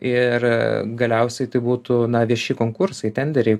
ir galiausiai tai būtų na vieši konkursai tenderiai